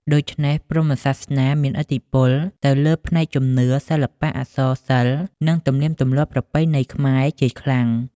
ដូច្នេះ ព្រហ្មសាសនាមានឥទ្ធិពលទៅលើផ្នែក ជំនឿ សិល្បៈ អក្សរសិល្ប៍ និង ទំនៀមទម្លាប់ប្រពៃណីខ្មែរជាខ្លាំង។